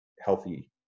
healthy